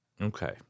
Okay